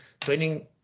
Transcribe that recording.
training